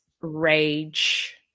rage